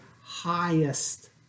highest